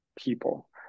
people